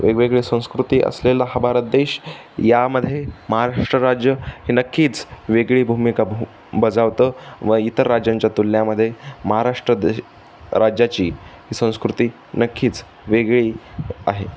वेगवेगळी संस्कृती असलेला हा भारत देश यामध्ये महाराष्ट्र राज्य हे नक्कीच वेगळी भूमिका भू बजावतं व इतर राज्यांच्या तुलनेमध्ये महाराष्ट्र देश राज्याची ही संस्कृती नक्कीच वेगळी आहे